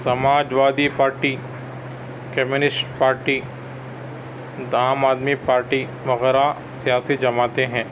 سماج وادی party communist party Aam Aadmi party وغیرہ سیاسی جماعتیں ہیں